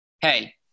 hey